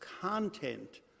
content